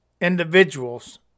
individuals